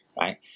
right